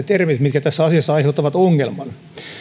termit mitkä tässä asiassa aiheuttavat ongelman